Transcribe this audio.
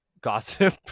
gossip